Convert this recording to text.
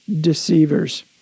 deceivers